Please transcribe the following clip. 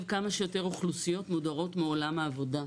כמה שיותר אוכלוסיות מודרות מעולם העבודה,